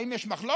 האם יש מחלוקת?